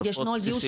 בשפות בסיסיות?